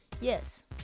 Yes